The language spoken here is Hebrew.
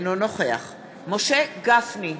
אינו נוכח משה גפני,